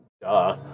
Duh